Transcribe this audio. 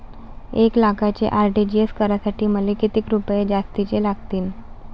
एक लाखाचे आर.टी.जी.एस करासाठी मले कितीक रुपये जास्तीचे लागतीनं?